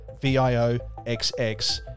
VIOXX